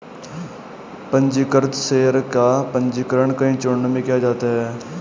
पन्जीकृत शेयर का पन्जीकरण कई चरणों में किया जाता है